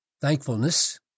thankfulness